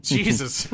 Jesus